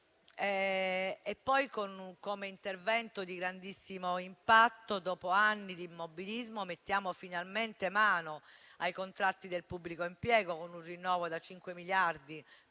Come intervento di grandissimo impatto, dopo anni di immobilismo, mettiamo finalmente mano ai contratti del pubblico impiego, con un rinnovo da 5 miliardi